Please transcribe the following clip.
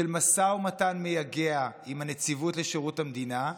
של משא ומתן מייגע עם נציבות שירות המדינה,